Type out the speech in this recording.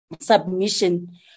submission